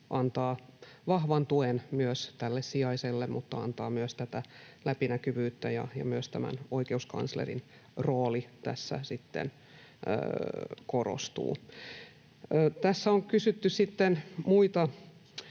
antaa vahvan tuen myös sijaiselle mutta antaa myös läpinäkyvyyttä, ja myös oikeuskanslerin rooli tässä sitten korostuu. Tässä on kysytty sitten muista